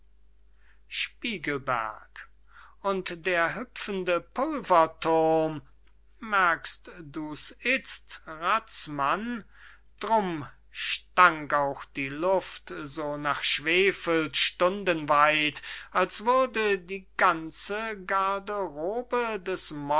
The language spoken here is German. spiegelberg und der hüpfende pulverthurm merkst du's izt razmann d'rum stank auch die luft so nach schwefel stundenweit als würde die ganze garderobe des